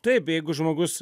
taip jeigu žmogus